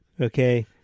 Okay